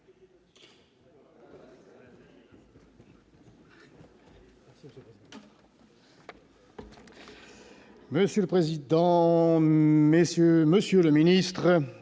Monsieur le Président, messieurs les Ministres,